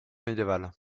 médiévale